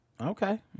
Okay